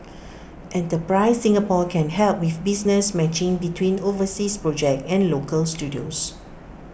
enterprise Singapore can help with business matching between overseas projects and local studios